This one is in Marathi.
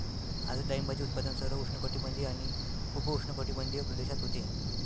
आज डाळिंबाचे उत्पादन सर्व उष्णकटिबंधीय आणि उपउष्णकटिबंधीय प्रदेशात होते